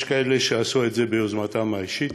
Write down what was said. יש כאלה שעשו את זה ביוזמתם האישית,